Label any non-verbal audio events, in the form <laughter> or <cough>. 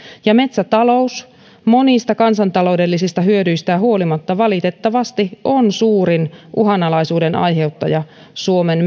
ja metsätalous monista kansantaloudellisista hyödyistä huolimatta valitettavasti on suurin uhanalaisuuden aiheuttaja suomen <unintelligible>